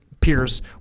peers